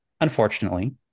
Unfortunately